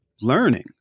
learning